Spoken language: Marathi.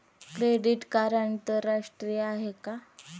क्रेडिट कार्ड आंतरराष्ट्रीय आहे का?